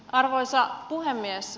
arvoisa puhemies